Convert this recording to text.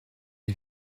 des